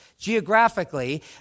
geographically